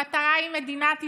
המטרה היא מדינת ישראל,